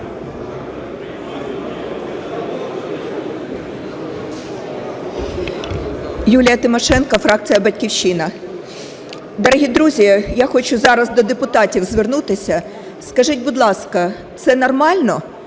Дорогі друзі, я хочу зараз до депутатів звернутися. Скажіть, будь ласка, це нормально,